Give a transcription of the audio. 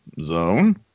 zone